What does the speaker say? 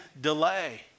delay